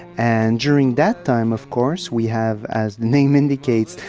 and during that time of course we have, as the name indicates,